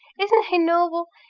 isn't he noble?